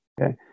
Okay